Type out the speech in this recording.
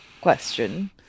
question